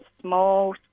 small